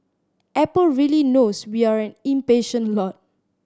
Apple really knows we are an impatient lot